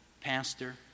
pastor